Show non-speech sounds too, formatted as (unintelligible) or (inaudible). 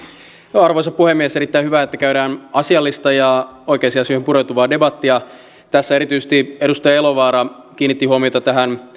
arvoisa puhemies erittäin hyvä että käydään asiallista ja oikeisiin asioihin pureutuvaa debattia tässä erityisesti edustaja elovaara kiinnitti huomiota tähän (unintelligible)